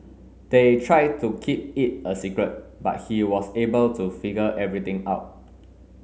they tried to keep it a secret but he was able to figure everything out